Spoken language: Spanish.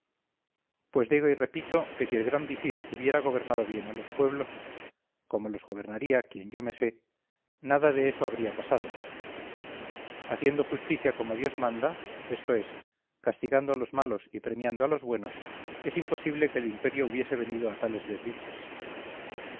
pues digo y repito que si el gran visir hubiera gobernado bien a los pueblos como los gobernaría quien yo me sé nada de eso habría pasado haciendo justicia como dios manda esto es castigando a los malos y premiando a los buenos es imposible que el imperio hubiese venido a tales desdichas